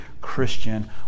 christian